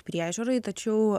priežiūrai tačiau